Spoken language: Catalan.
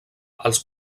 als